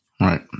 right